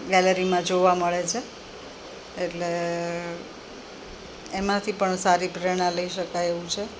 ગેલેરીમાં જોવા મળે છે એટલે એમાંથી પણ સારી પ્રેરણા લઈ શકાય એવું છે